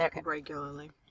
regularly